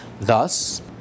Thus